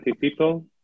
people